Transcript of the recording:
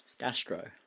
Astro